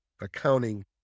accounting